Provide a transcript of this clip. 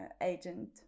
agent